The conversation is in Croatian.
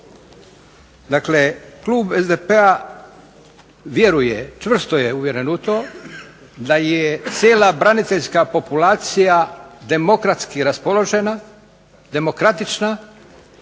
Dakle, klub SDP-a vjeruje, čvrsto je uvjeren u to da je cijela braniteljska populacija demokratski raspoložena, demokratična